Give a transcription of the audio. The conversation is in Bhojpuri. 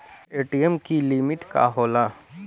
ए.टी.एम की लिमिट का होला?